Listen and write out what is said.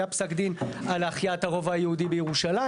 היה פסק דין על החייאת הרובע היהודי בירושלים.